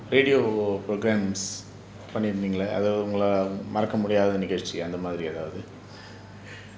radio programmes பண்ணி இருந்தீங்களே அதுல மறக்க முடியாத நிகழ்ச்சி அந்த மாரி எதாவுது:panni iruntheengalae athula maraka mudiyaatha nigazhchi antha maari ethaavuthu